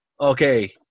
okay